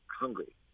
hungry